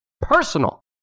personal